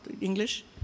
English